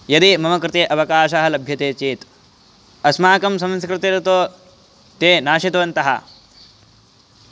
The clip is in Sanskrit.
यदि मम कृते अवकाशः लभ्यते चेत् अस्माकं संस्कृतिन्तु ते नाशितवन्तः